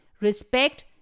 respect